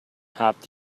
habt